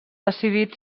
decidit